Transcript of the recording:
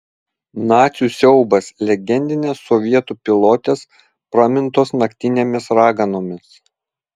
nacių siaubas legendinės sovietų pilotės pramintos naktinėmis raganomis